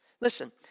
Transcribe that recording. Listen